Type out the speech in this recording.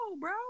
bro